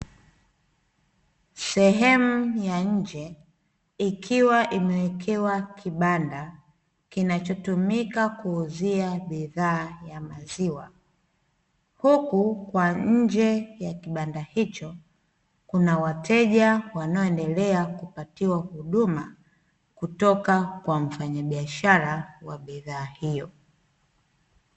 Sehemu ya nje ikiwa, imewekewa kibanda kinachotumika kuuzia bidhaa ya maziwa. Huku kwa nje ya kibanda hicho kuna wateja wanao endelea kupatiwa huduma kutoka kwa mfanyabiashara wa bidhaa hiyo.